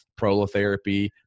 prolotherapy